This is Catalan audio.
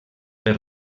per